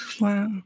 Wow